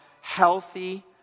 healthy